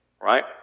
Right